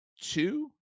two